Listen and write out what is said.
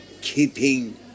keeping